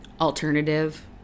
Alternative